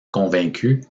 convaincu